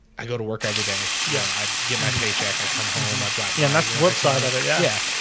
i go to work every day. yeah, i'd get my paycheck. i come home. i've got yeah, that's the work side of it. yeah.